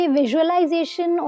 visualization